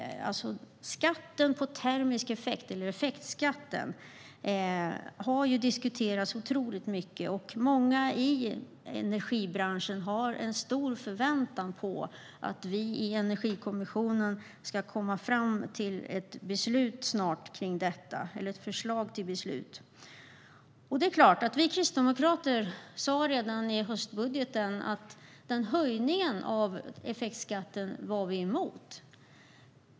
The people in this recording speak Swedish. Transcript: Skatten på termisk effekt - eller effektskatten - har ju diskuterats otroligt mycket. Många i energibranschen har en stor förväntan på att vi i Energikommissionen snart ska komma fram till ett förslag till beslut om detta. Vi kristdemokrater sa redan i höstbudgeten att vi var emot höjningen av effektskatten.